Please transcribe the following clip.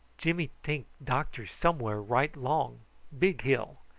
jimmy tink doctor somewhere right long big hill.